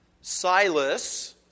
Silas